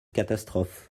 catastrophe